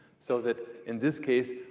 so that, in this case,